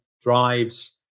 drives